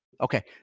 Okay